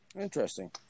Interesting